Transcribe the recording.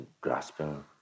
grasping